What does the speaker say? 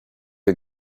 you